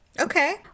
Okay